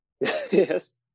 Yes